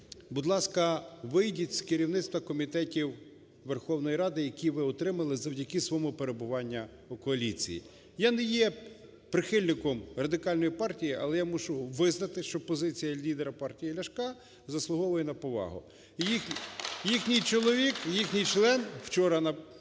будь ласка, вийдіть з керівництва комітетів Верховної Ради, які ви отримали завдяки своєму перебуванню у коаліції. Я не є прихильником Радикальної партії, пале я мушу визнати, що позиція лідера партії Ляшка заслуговує на повагу. І їхній чоловік, їхній член вчора